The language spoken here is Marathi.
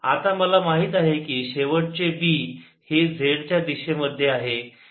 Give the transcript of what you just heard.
आता मला माहित आहे की शेवटचे B हे z च्या दिशेमध्ये आहे